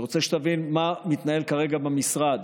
אני רוצה שתבין מה מתנהל כרגע במשרד.